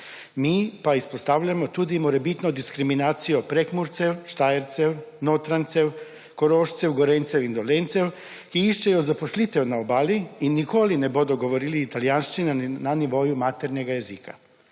mi pa izpostavljamo tudi morebitno diskriminacijo Prekmurcev, Štajercev, Notranjcev, Korošcev, Gorenjcev in Dolenjcev, ki iščejo zaposlitev na Obali in nikoli ne bodo govorili italijanščine na nivoju maternega jezika